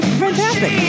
fantastic